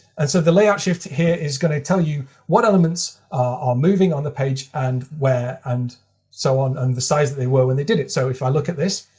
and so the layout shift here is going to tell you what elements are moving on the page and where and so on, and the size that they were when they did it. so if i look at this,